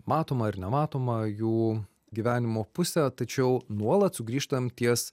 matomą ir nematomą jų gyvenimo pusę tačiau nuolat sugrįžtam ties